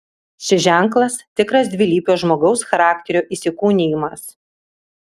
šis ženklas tikras dvilypio žmogaus charakterio įsikūnijimas